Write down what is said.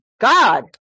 God